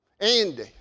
Andy